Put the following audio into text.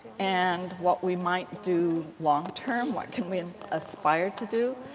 and what we might do long term. what can we aspire to do